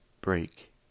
break